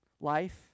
life